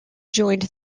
joined